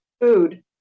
food